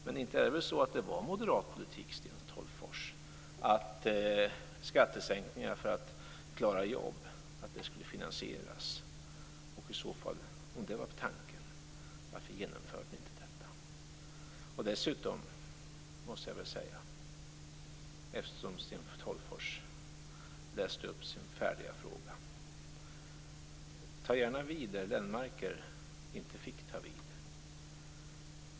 Men inte var det väl moderat politik, Sten Tolgfors, att skattesänkningar för att klara jobb skulle finansieras? I så fall, om det var tanken, varför genomförde ni inte detta? Dessutom måste jag säga, eftersom Sten Tolgfors läste upp sin färdiga fråga: Ta gärna vid där Lennmarker inte fick ta vid.